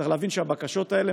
צריך להבין שהבקשות האלה,